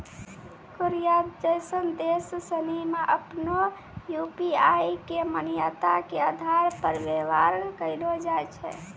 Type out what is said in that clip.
Korea जैसन देश सनि मे आपनो यू.पी.आई के मान्यता के आधार पर व्यवहार कैलो जाय छै